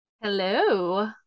Hello